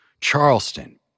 Charleston